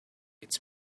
its